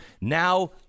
Now